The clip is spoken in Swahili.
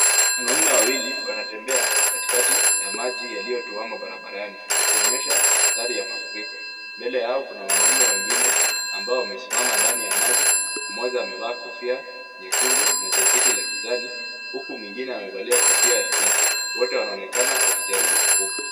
Wanaume wawili wanatembea katikati ya maji yaliyotwama barabarani wakionyesha athari ya mafuriko. Mbele yao kuna wanaume wengine ambao wamesimama ndani ya maji, mmoja amevaa kofia nyekundu na kajeti la kijani huku mwingine amevalia kofia ya pinki. Wote wanaonekana wakijaribu kuvuka.